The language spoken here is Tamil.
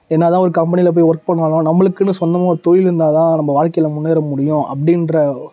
என்ன தான் ஒரு கம்பெனியில் போய் ஒர்க் பண்ணாலும் நம்மளுக்குன்னு சொந்தமாக ஒரு தொழில் இருந்தால் தான் நம்ம வாழ்க்கையில் முன்னேற முடியும் அப்படின்ற